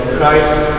Christ